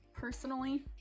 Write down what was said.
personally